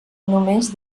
només